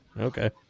Okay